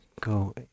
go